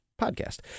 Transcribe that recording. podcast